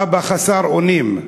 האבא, חסר אונים,